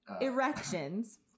Erections